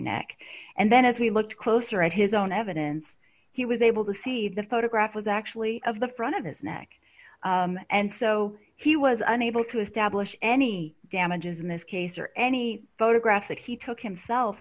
neck and then as we looked closer at his own evidence he was able to see the photograph was actually of the front of his neck and so he was unable to establish any damages in this case or any photographs that he took himself